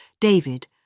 David